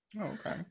okay